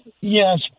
Yes